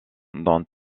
dont